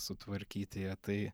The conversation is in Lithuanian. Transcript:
sutvarkyti ją tai